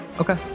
okay